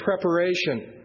preparation